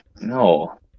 No